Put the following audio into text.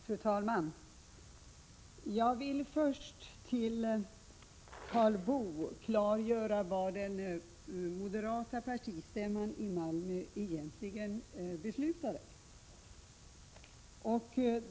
Fru talman! Jag vill först för Karl Boo klargöra vad den moderata partistämman i Malmö egentligen beslutade.